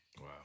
Wow